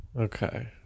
Okay